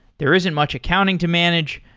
there isn't much accounting to manage,